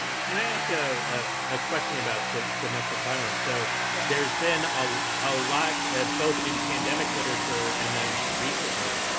can i ask you know ah a question about domestic violence? so yeah there's been a ah lot, both in pandemic literature and then recently,